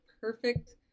perfect